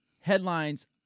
headlines